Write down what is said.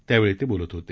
त्यावेळी ते बोलत होते